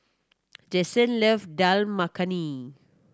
Jensen love Dal Makhani